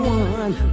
one